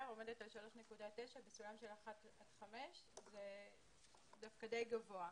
עומדת על 3.9 בסולם של 1 עד 5. זה דווקא די גבוה.